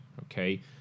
Okay